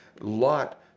Lot